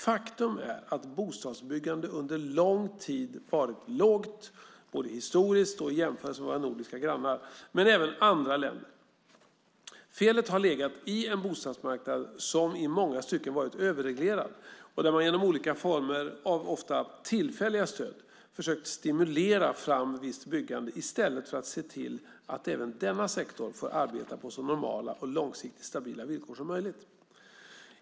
Faktum är att bostadsbyggande under lång tid har varit lågt, både historiskt och i jämförelse med våra nordiska grannar, men även med andra länder. Felet har legat i en bostadsmarknad som i många stycken har varit överreglerad och där man genom olika former av ofta tillfälliga stöd försökt stimulera fram visst byggande i stället för att se till att även denna sektor får arbeta på så normala och långsiktigt stabila villkor som möjligt.